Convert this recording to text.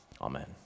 Amen